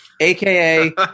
AKA